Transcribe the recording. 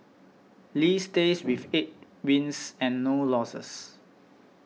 Lee stays with eight wins and no losses